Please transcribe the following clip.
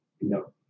No